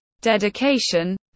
dedication